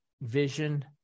vision